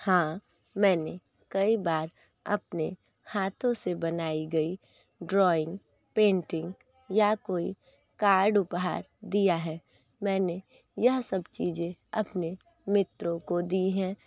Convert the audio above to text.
हाँ मैंने कई बार अपने हाथों से बनाई गई ड्रॉइंग पेंटिंग या कोई कार्ड उपहार दिया है मैंने यह सब चीज़ें अपने मित्रों को दी है